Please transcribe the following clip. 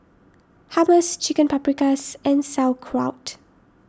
Hummus Chicken Paprikas and Sauerkraut